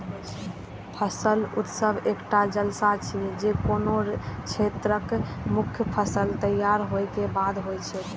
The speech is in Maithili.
फसल उत्सव एकटा जलसा छियै, जे कोनो क्षेत्रक मुख्य फसल तैयार होय के बाद होइ छै